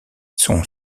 son